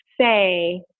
say